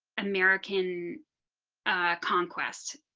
american conquest.